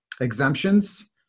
exemptions